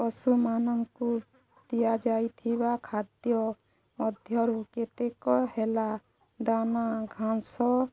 ପଶୁମାନଙ୍କୁ ଦିଆଯାଇଥିବା ଖାଦ୍ୟ ମଧ୍ୟରୁ କେତେକ ହେଲା ଦାନା ଘାସ